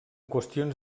qüestions